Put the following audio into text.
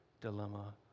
dilemma